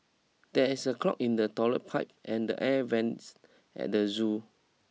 there is a clog in the toilet pipe and the air vents at the zoo